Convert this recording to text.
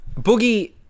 Boogie